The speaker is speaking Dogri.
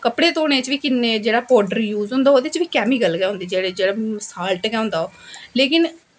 कपड़े धोने च बी किन्ने जेह्ड़ा पौडर यूज होंदा ओह्दे च बी कैमिकल गै होंदे जेह्ड़ा साल्ट गै होंदा ओह् लेकिन